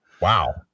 Wow